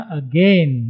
again